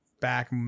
back